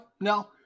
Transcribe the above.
no